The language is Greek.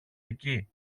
εκεί